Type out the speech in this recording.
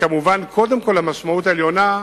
וכמובן קודם כול המשמעות העליונה,